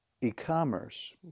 e-commerce